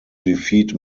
defeat